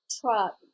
truck